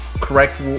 correct